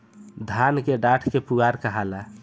धान के डाठ के पुआरा कहाला